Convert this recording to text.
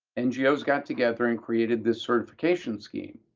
ngos got together and created this certification scheme.